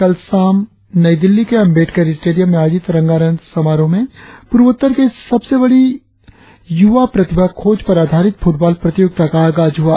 कल शाम नई दिल्ली के अंबेडकर स्टेडियम में आयोजित रंगारंग समारोह में पूर्वोत्तर के इस सबसे बड़ी युवा प्रतिभा खोज पर आधारित फुटबॉल प्रतियोगिता का आगाज हुआ